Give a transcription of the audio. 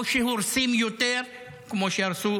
או שהורסים יותר, כמו שהרסו